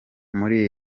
muri